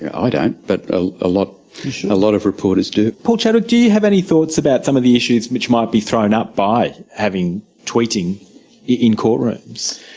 i don't, but ah ah a ah lot of reporters do. paul chadwick, do you have any thoughts about some of the issues which might be thrown up by having tweeting in courtrooms?